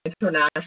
international